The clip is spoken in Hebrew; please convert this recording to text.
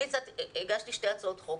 אני הגשתי שתי הצעות חוק,